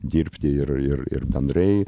dirbti ir ir ir bendrai